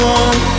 one